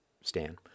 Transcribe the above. Stan